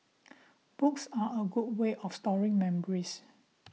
books are a good way of storing memories